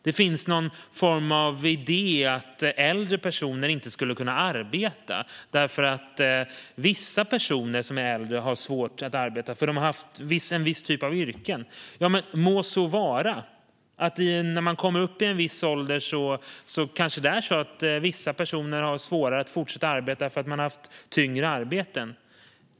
Det finns någon form av idé om att äldre personer inte skulle kunna arbeta därför att vissa äldre personer som har haft en viss typ av yrken har svårt att arbeta. Må så vara. När man kommer upp i en viss ålder kanske vissa personer har svårare att fortsätta arbeta därför att man har haft tyngre arbeten.